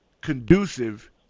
conducive